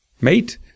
mate